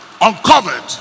uncovered